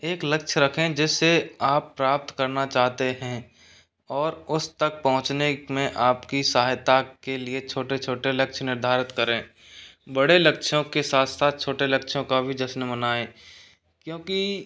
एक लक्ष्य रखें जिसे आप प्राप्त करना चाहते हैं और उस तक पहुँचने में आपकी सहायता के लिए छोटे छोटे लक्ष्य निर्धारित करें बड़े लक्ष्यों के साथ साथ छोटे लक्ष्यों का भी जश्न मनाएँ क्योंकि